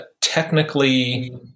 technically